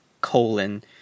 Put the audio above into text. colon